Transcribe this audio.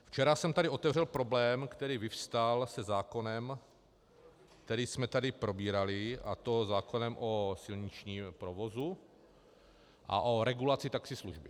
Včera jsem tady otevřel problém, který vyvstal se zákonem, který jsme tady probírali, a to zákonem o silničním provozu a o regulaci taxislužby.